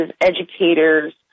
educators